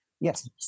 Yes